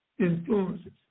Influences